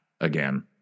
again